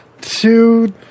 two